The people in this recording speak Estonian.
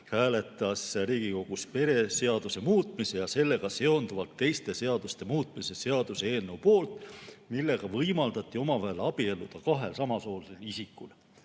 hääletas Riigikogus pereseaduse muutmise ja sellega seonduvalt teiste seaduste muutmise seaduse eelnõu poolt, millega võimaldati omavahel abielluda kahel samasoolisel isikul.